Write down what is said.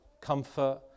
comfort